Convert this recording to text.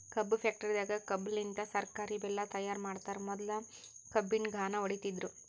ಕಬ್ಬ್ ಫ್ಯಾಕ್ಟರಿದಾಗ್ ಕಬ್ಬಲಿನ್ತ್ ಸಕ್ಕರಿ ಬೆಲ್ಲಾ ತೈಯಾರ್ ಮಾಡ್ತರ್ ಮೊದ್ಲ ಕಬ್ಬಿನ್ ಘಾಣ ಹೊಡಿತಿದ್ರು